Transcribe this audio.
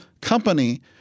company